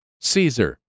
Caesar